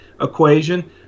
equation